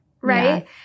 Right